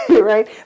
right